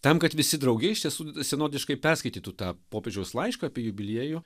tam kad visi drauge iš tiesų senodiškai perskaitytų tą popiežiaus laišką apie jubiliejų